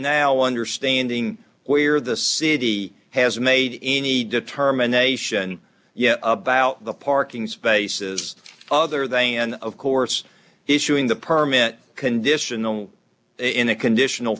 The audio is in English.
now understanding where the city has made any determination yet about the parking spaces other than of course issuing the permit conditional in a conditional